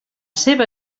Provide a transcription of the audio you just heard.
seva